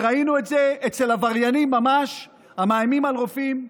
וראינו את זה אצל עבריינים ממש המאיימים על רופאים.